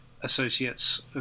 Associates